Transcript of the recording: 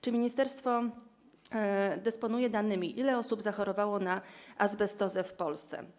Czy ministerstwo dysponuje danymi, ile osób zachorowało na azbestozę w Polsce?